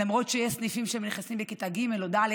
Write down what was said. למרות שיש סניפים שנכנסים בכיתה ג' או ד',